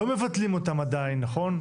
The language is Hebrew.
לא מבטלים אותם עדיין, נכון?